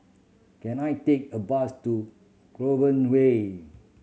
can I take a bus to Clover Way